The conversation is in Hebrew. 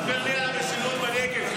אלמוג מספר לי על המשילות בנגב.